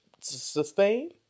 sustain